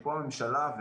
שפה הממשלה,